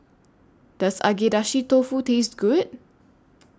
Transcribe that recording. Does Agedashi Dofu Taste Good